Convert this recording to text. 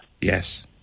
Yes